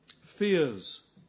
fears